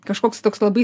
kažkoks toks labai